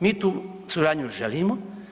Mi tu suradnju želimo.